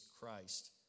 Christ